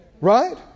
Right